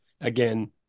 again